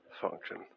function